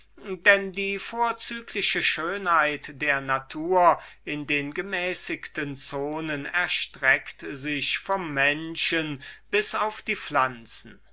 denn die vorzügliche schönheit der natur in den gemäßigten zonen erstreckt sich vom menschen bis auf die pflanzen